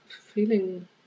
feeling